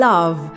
Love